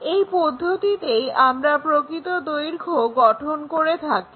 এই পদ্ধতিতেই আমরা প্রকৃত দৈর্ঘ্য গঠন করে থাকি